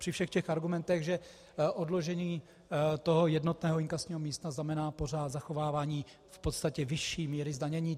Při všech těch argumentech, že odložení jednotného inkasního místa znamená zachovávání v podstatě vyšší míry zdanění.